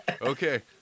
Okay